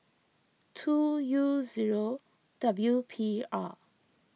two U zero W P R